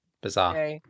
Bizarre